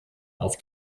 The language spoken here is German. auf